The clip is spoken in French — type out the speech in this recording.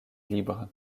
libre